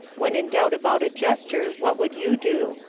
when in doubt about a gesture what would you do?